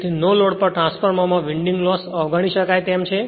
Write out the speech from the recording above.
તેથી no load પર ટ્રાન્સફોર્મરમાં વિન્ડિંગ લોસ અવગણી શકાય તેમ છે